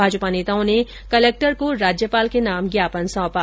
भाजपा नेताओं ने कलेक्टर को राज्यपाल के नाम ज्ञापन सौंपा